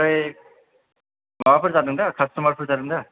ओमफ्राय माबाफोर जादोंदा खास्थ'मारफोर जादोंदा